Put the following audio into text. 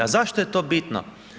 A zašto je to bitno?